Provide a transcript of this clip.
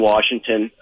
Washington